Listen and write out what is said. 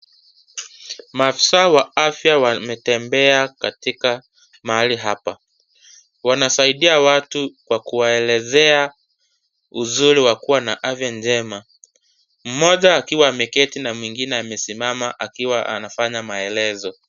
Maafisa wanatembea katika mahali hapa wanasaidiwa watu kwa kuwaelezea uzuri wa kuwa na afya njema mmoja akiwa ameketi na mwingine amesimama akiwa anafanya maelezo.